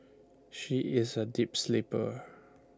she is A deep sleeper